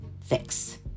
fix